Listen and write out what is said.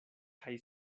kaj